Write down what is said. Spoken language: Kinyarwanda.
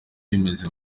bimeze